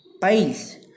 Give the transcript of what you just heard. piles